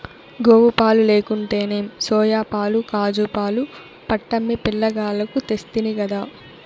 గోవుపాలు లేకుంటేనేం సోయాపాలు కాజూపాలు పట్టమ్మి పిలగాల్లకు తెస్తినిగదా